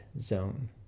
zone